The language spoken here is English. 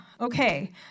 Okay